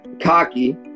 cocky